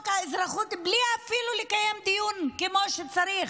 האזרחות אפילו בלי לקיים דיון כמו שצריך.